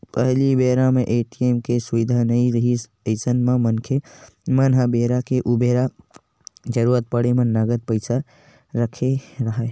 पहिली बेरा म ए.टी.एम के सुबिधा नइ रिहिस अइसन म मनखे मन ह बेरा के उबेरा जरुरत पड़े म नगद पइसा रखे राहय